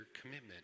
commitment